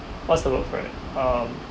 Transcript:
what's the word for it um